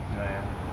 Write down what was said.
oh ya